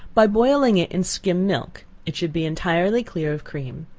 by boiling it in skim milk, it should be entirely clear of cream,